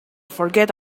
forget